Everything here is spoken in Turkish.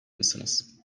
mısınız